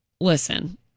listen